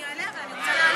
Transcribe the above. אענה, אבל אני רוצה לעלות.